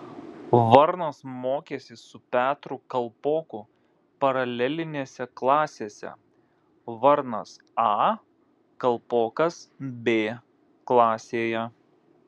varnas mokėsi su petru kalpoku paralelinėse klasėse varnas a kalpokas b klasėje